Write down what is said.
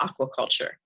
aquaculture